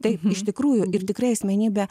taip iš tikrųjų ir tikrai asmenybė